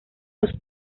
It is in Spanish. los